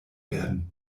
werden